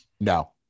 No